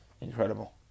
Incredible